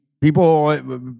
People